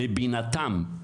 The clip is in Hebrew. לבינתם,